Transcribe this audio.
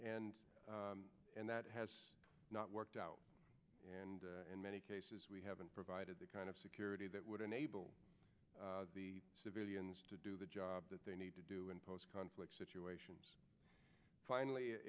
and and that has not worked out and in many cases we haven't provided the kind of security that would enable civilians to do the job that they need to do in post conflict situations finally it